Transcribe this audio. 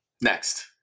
Next